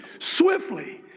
swiftly,